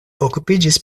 okupiĝis